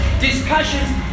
discussions